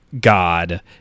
God